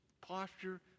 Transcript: posture